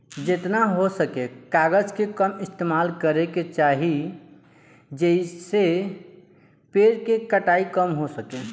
जेतना हो सके कागज के कम इस्तेमाल करे के चाही, जेइसे पेड़ के कटाई कम हो सके